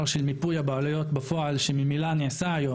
של מיפוי הבעלויות בפועל שממילא נעשה היום.